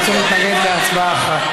אתה צריך להתנגד להצעה אחת.